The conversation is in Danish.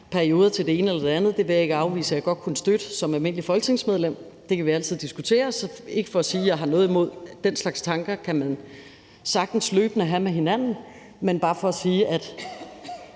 perioder til det ene eller det andet. Det vil jeg ikke afvise at jeg godt kunne støtte som almindeligt folketingsmedlem. Det kan vi altid diskutere. Så det er ikke for at sige, at jeg har noget imod den slags tanker – dem kan man sagtens løbende dele med hinanden – men bare for at sige, at